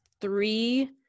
three